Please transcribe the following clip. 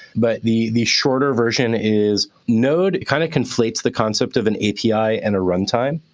but the the shorter version is, node kind of conflates the concept of an api and a runtime.